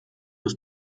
des